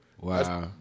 Wow